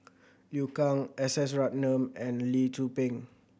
Liu Kang S S Ratnam and Lee Tzu Pheng